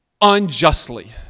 unjustly